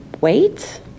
Wait